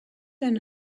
and